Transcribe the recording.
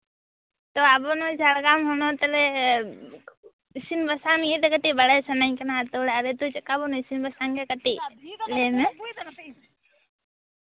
ᱟᱵᱚ ᱱᱚᱣᱟ ᱡᱷᱟᱲᱜᱨᱟᱢ ᱦᱚᱱᱚᱛ ᱨᱮ ᱤᱥᱤᱱ ᱵᱟᱥᱟᱝ ᱱᱤᱭᱟᱹᱛᱮ ᱵᱟᱲᱟᱭ ᱥᱟᱱᱟᱧ ᱠᱟᱱᱟ ᱚᱲᱟᱜ ᱨᱮᱫᱚ ᱪᱮᱫᱠᱟ ᱵᱚᱱ ᱤᱥᱤᱱ ᱵᱟᱥᱟᱝ ᱜᱮᱭᱟ ᱠᱟᱹᱴᱤᱡ ᱞᱟᱹᱭ ᱢᱮ